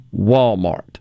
Walmart